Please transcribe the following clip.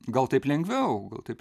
gal taip lengviau gal taip